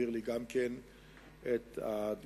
הוא העביר לי גם כן את התגובה,